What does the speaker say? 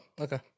okay